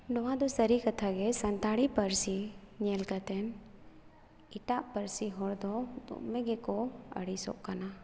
ᱱᱚᱣᱟ ᱫᱚ ᱥᱟᱹᱨᱤ ᱠᱟᱛᱷᱟᱜᱮ ᱥᱟᱱᱛᱟᱲᱤ ᱯᱟᱹᱨᱥᱤ ᱧᱮᱞ ᱠᱟᱛᱮᱫ ᱮᱴᱟᱜ ᱯᱟᱹᱨᱥᱤ ᱦᱚᱲ ᱫᱚ ᱫᱚᱢᱮ ᱜᱮᱠᱚ ᱟᱹᱲᱤᱥᱚᱜ ᱠᱟᱱᱟ